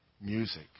music